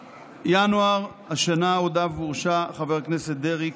בינואר השנה הודה והורשע חבר הכנסת דרעי,